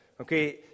Okay